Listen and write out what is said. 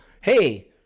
hey